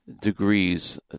degrees